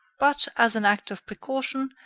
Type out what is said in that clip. but, as an act of precaution,